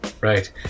Right